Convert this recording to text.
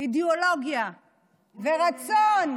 אידיאולוגיה ורצון.